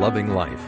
loving life